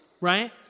right